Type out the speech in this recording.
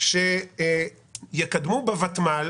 שיקדמו בותמ"ל